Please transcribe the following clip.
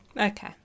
Okay